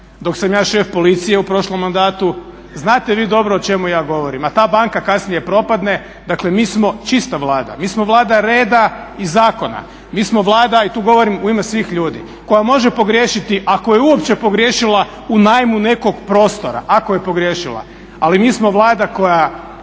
dok sam ja šef policije u prošlom mandatu. Znate vi dobro o čemu ja govorim, a ta banka kasnije propadne. Dakle, mi smo čista Vlada, mi smo Vlada reda i zakona. Mi smo Vlada i tu govorim u ime svih ljudi, koja može pogriješiti ako je uopće pogriješila u najmu nekog prostora, ako je pogriješila. Ali mi smo Vlada koja